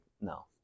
No